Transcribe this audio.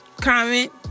comment